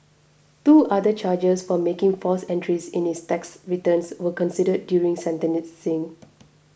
two other charges for making false entries in his tax returns were considered during